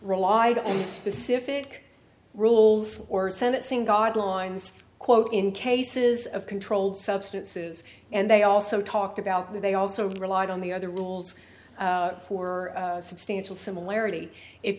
relied on specific rules or senate sing god lines quote in cases of controlled substances and they also talked about that they also relied on the other rules for substantial similarity if